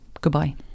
Goodbye